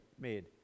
made